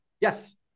Yes